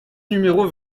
numéro